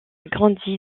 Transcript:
grandi